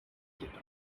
data